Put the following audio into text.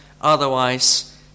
otherwise